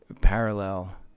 parallel